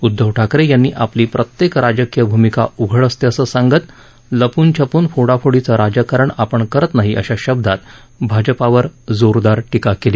उद्धव ठाकरे यांनी आपली प्रत्येक राजकीय भूमिका उघड असते असं सांगत लपूनछपून फोडाफोडीचं राजकारण आपण करत नाही अशा शब्दात भाजपावर जोरदार टीका केली